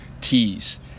T's